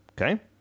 Okay